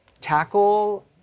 tackle